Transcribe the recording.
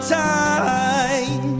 time